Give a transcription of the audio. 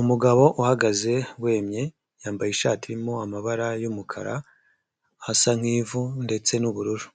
Umugabo uhagaze wemye yambaye ishati irimo amabara y'umukara ,asa nk'ivu ndetse n'ubururu.